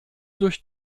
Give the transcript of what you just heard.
durch